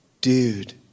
Dude